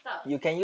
tak